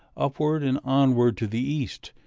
upward and onward to the east,